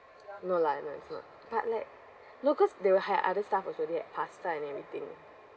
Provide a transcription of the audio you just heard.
no lah I know it's not but like no cause they'll have other stuff also they have pasta and everything